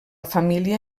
família